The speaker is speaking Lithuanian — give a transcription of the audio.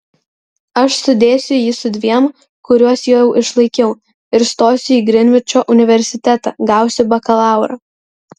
aš sudėsiu jį su dviem kuriuos jau išlaikiau ir stosiu į grinvičo universitetą gausiu bakalaurą